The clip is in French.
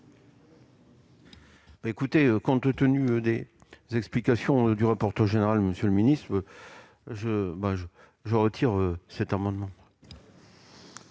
écoutez, compte tenu des explications du rapporteur général, monsieur le ministre je, moi je, je retire cet amendement.